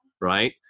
right